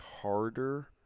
harder